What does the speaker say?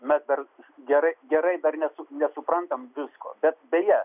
mes dar gerai gerai dar nesu nesuprantam visko bet beje